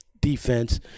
defense